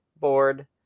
board